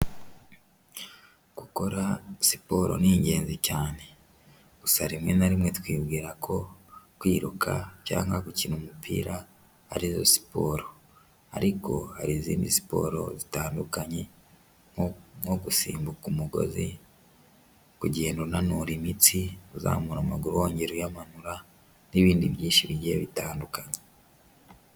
Gukora siporo ni ingenzi cyane gusa rimwe na rimwe twibwira ko kwiruka byan gukina umupira ariyo siports ariko hari izindi siporo zitandukanye nko nko gusimbuka umugozi ku gihenura imitsi uzamura amaguruhonge uyamanura n'ibindi byishigiye bitandukanye.